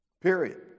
Period